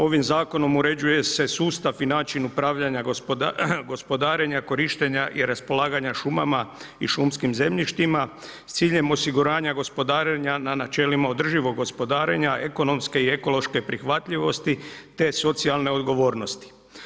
Ovim zakonom uređuje se sustav i način upravljanja gospodarenja, korištenja i raspolaganja šumama i šumskim zemljištima s ciljem osiguranja gospodarenja na načelima održivog gospodarenja, ekonomske i ekološke prihvatljivosti te socijalne odgovornosti.